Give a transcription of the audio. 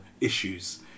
issues